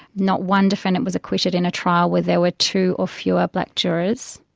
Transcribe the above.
not one defendant was acquitted in a trial where there were two or fewer black jurors.